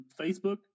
Facebook